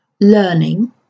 learning